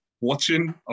watching